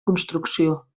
construcció